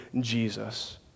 Jesus